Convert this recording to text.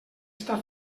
està